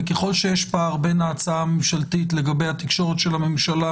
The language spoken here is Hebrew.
וככל שיש פער בין ההצעה הממשלתית לגבי התקשורת של הממשלה